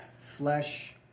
flesh